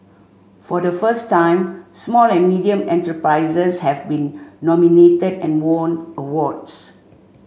for the first time small and medium enterprises have been nominated and won awards